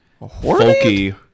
folky